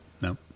No